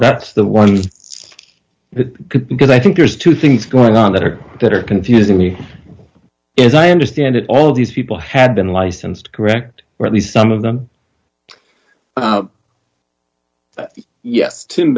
that's the one that could because i think there's two things going on that are that are confusing me as i understand it all these people had been licensed correct or at least some of them yes t